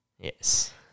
Yes